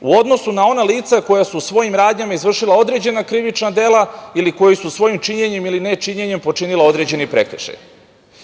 u odnosu na ona lica koja su svojim radnjama izvršila određena krivična dela ili koja su svojim činjenjem ili nečinjenjem počinila određeni prekršaj.